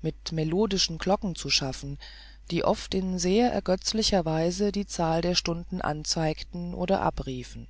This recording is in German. mit melodischen glocken zu schaffen die oft in sehr ergötzlicher weise die zahl der stunden anzeigten oder abriefen